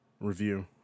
review